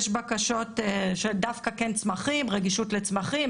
יש בקשות דווקא של צמחים כמו רגישות לצמחים,